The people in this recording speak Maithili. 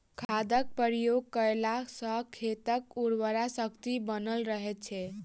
खादक प्रयोग कयला सॅ खेतक उर्वरा शक्ति बनल रहैत छै